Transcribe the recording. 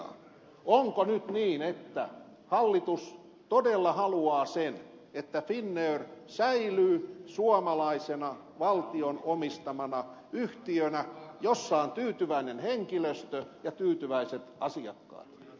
onko nyt niin että hallitus todella haluaa että finnair säilyy suomalaisena valtion omistamana yhtiönä jossa on tyytyväinen henkilöstö ja tyytyväiset asiakkaat